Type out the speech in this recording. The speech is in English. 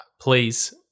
please